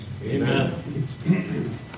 Amen